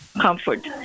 comfort